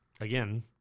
again